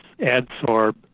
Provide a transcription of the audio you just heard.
adsorb